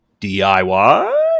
DIY